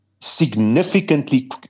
significantly